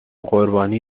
قربانی